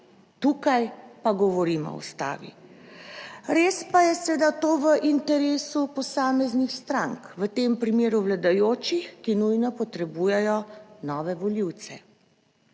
Tukaj pa govorimo o Ustavi. Res pa je seveda to v interesu posameznih strank, v tem primeru vladajočih, ki nujno potrebujejo nove volivce.